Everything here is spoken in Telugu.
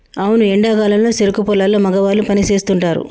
అవును ఎండా కాలంలో సెరుకు పొలాల్లో మగవాళ్ళు పని సేస్తుంటారు